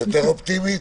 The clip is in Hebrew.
יותר אופטימית?